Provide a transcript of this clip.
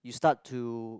you start to